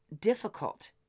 difficult